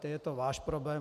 Je to váš problém.